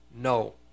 no